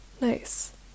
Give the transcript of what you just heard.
Nice